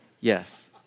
Yes